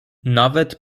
nawet